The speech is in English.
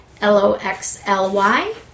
L-O-X-L-Y